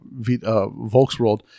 Volksworld